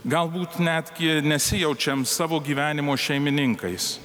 galbūt netgi nesijaučiam savo gyvenimo šeimininkais